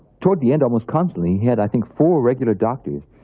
toward the end almost constantly. he had i think four regular doctors,